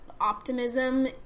optimism